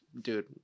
dude